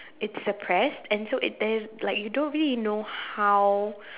it's suppressed and so it there is like you don't really know how